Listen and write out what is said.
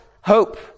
hope